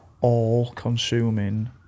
all-consuming